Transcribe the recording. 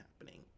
happening